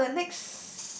so the next